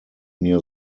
near